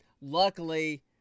Luckily